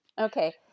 Okay